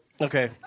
Okay